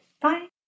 Bye